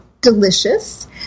delicious